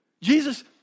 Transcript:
Jesus